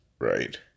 Right